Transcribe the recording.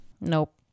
Nope